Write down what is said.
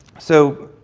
so,